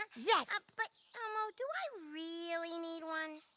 yeah but elmo do i really need one?